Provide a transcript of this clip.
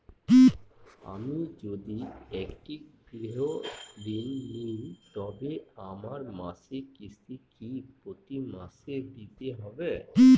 আমি যদি একটি গৃহঋণ নিই তবে আমার মাসিক কিস্তি কি প্রতি মাসে দিতে হবে?